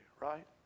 right